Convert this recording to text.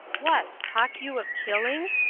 what, talk you of killing?